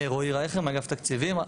רועי רייכר מאגף תקציבים.